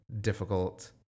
difficult